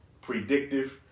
predictive